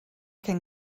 can